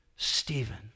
Stephen